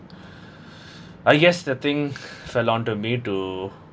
I guess the thing fell onto me to